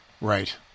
right